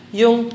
yung